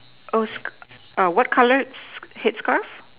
oh sc~ uh what colour head scarf